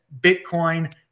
Bitcoin